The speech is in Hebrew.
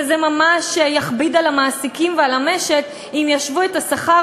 וזה ממש יכביד על המעסיקים ועל המשק אם ישוו את השכר,